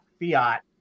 fiat